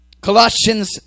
Colossians